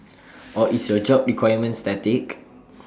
or is your job requirement static